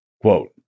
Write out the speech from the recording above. Quote